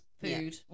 food